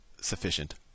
sufficient